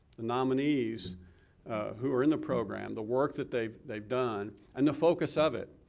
the nominees who are in the program, the work that they've they've done, and the focus of it.